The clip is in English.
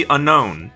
Unknown